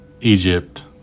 Egypt